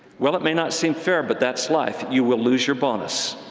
well, it may not seem fair, but that's life you will lose your bonus.